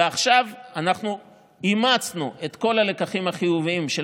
ועכשיו אנחנו אימצנו את כל הלקחים החיוביים של